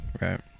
Right